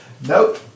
Nope